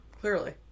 Clearly